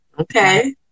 Okay